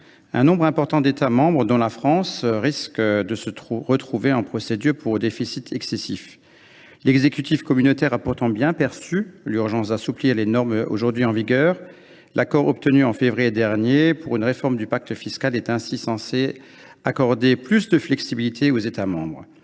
Un nombre important d’États membres, dont la France, risquent de faire l’objet d’une procédure pour déficit excessif. L’exécutif communautaire a pourtant bien perçu l’urgence qu’il y a à assouplir les normes en vigueur : l’accord obtenu en février dernier sur une réforme du pacte fiscal européen est ainsi censé attribuer plus de flexibilité aux États membres.